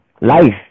life